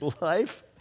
life